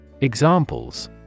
Examples